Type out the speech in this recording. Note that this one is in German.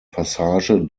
passage